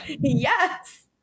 Yes